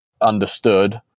understood